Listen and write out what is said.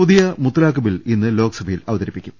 പുതിയ മുത്തലാഖ് ബിൽ ഇന്ന് ലോക്സഭയിൽ അവത രിപ്പിക്കും